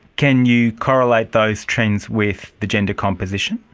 can you correlate those trends with the gender composition?